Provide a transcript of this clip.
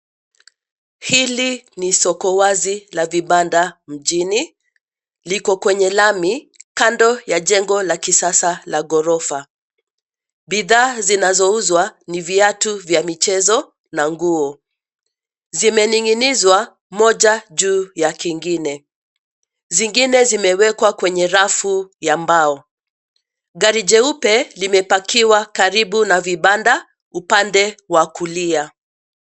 Hili ni soko wazi la vibanda mjini. Liko kwenye lami kando ya jengo la kisasa la ghorofa. Bidhaa zinazouzwa ni viatu vya michezo na nguo. Zimening'inizwa moja juu ya kingine. Zingine zimewekwa kwenye rafu ya mbao. Gari jeupe limepakiwa karibu na vibanda upande wa kulia.